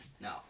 No